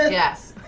ah yes